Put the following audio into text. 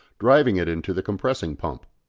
driving it into the compressing pump.